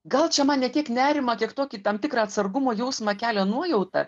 gal čia man ne tiek nerimą tiek tokį tam tikrą atsargumo jausmą kelia nuojauta